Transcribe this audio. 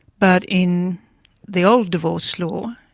but in the old divorce law.